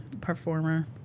performer